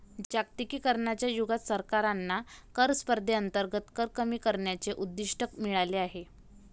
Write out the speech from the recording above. जागतिकीकरणाच्या युगात सरकारांना कर स्पर्धेअंतर्गत कर कमी करण्याचे उद्दिष्ट मिळाले आहे